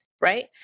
right